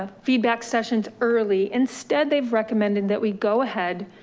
ah feedback sessions early. instead, they've recommended that we go ahead,